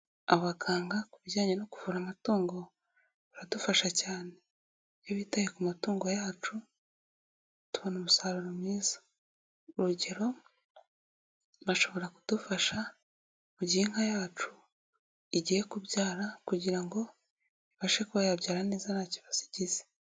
Abaganga ku bijyanye no kuvura amatungo baradufasha cyane, iyo bitaye ku matungo yacu tubona umusaruro mwiza, urugero bashobora kudufasha mu gihe inka yacu igiye kubyara kugira ngo ibashe kubayabyara neza ntakibazo igize.